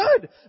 good